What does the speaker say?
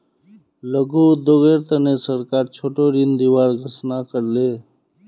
लघु उद्योगेर तने सरकार छोटो ऋण दिबार घोषणा कर ले